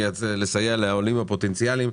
לסייע לעולים הפוטנציאליים.